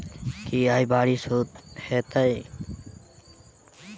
की आय बारिश हेतै?